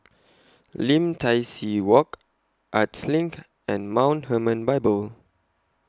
Lim Tai See Walk Arts LINK and Mount Hermon Bible